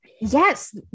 Yes